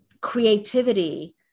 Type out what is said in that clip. creativity